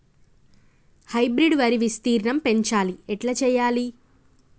Hybrid వరి విస్తీర్ణం పెంచాలి ఎట్ల చెయ్యాలి?